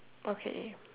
okay